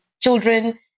children